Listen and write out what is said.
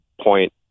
point